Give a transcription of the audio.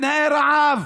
בתנאי רעב.